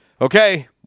okay